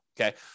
okay